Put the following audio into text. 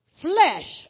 flesh